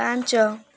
ପାଞ୍ଚ